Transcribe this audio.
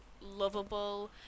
lovable